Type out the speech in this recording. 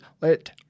Let